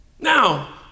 Now